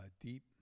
deep